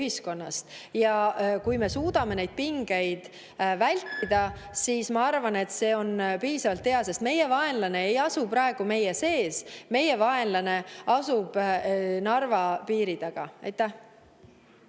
Kui me suudame neid pingeid vältida, siis ma arvan, et see on piisavalt hea, sest meie vaenlane ei asu praegu meie seas, meie vaenlane asub Narva taga. Aitäh!